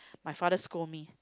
my father scold me